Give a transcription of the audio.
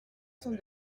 son